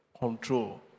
control